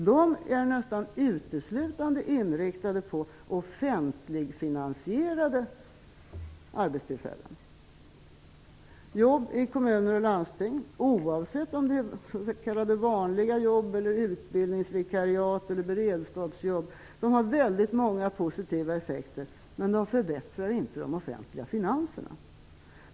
De är nästan uteslutande inriktade på offentligfinansierade arbetstillfällen. Jobb i kommuner och landsting, oavsett om det är s.k. vanliga jobb, utbildningsvikariat eller beredskapsjobb, har många positiva effekter. Men de förbättrar inte de offentliga finanserna.